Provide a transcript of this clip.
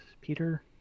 Peter